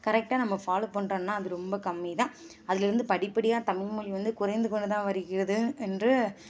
கரெக்டாக நம்ம ஃபாலோ பண்ணுறோன்னா அது ரொம்ப கம்மிதான் அதிலிருந்து படிப்படியாக தமிழ்மொழி வந்து குறைந்து கொண்டுதான் வருகிறது என்று